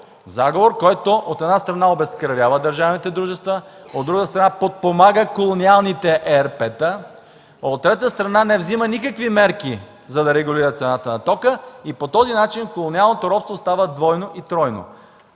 Заговор, който, от една страна, обезкръвява държавните дружества, от друга страна, подпомага колониалните ЕРП-та, от трета страна, не взима никакви мерки, за да регулира цената на тока и по този начин колониалното робство става двойно и тройно.